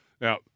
Now –